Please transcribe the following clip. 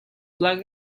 black